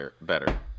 better